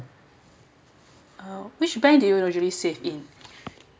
uh which bank do you usually save in